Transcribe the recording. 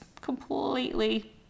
completely